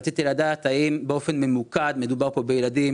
רציתי לדעת האם באופן ממוקד מדובר פה בילדים,